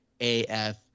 AF